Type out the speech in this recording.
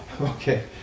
Okay